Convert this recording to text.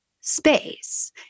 space